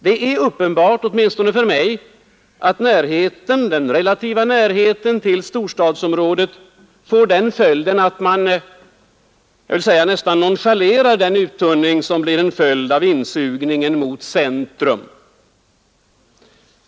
Det är uppenbart åtminstone för mig att närheten — den relativa närheten — till storstadsområdet får till följd att man lätt nonchalerar den uttunning som blir ett resultat av insugningen mot centrum i storstadsområdet.